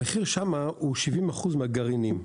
המחיר שם הוא 70% מהגרעינים,